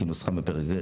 כנוסחם בפרק זה".